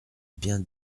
bien